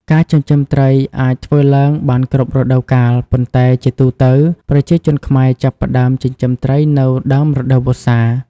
ការចិញ្ចឹមត្រីអាចធ្វើឡើងបានគ្រប់រដូវកាល ប៉ុន្តែជាទូទៅ ប្រជាជនខ្មែរចាប់ផ្ដើមចិញ្ចឹមត្រីនៅ ដើមរដូវវស្សា។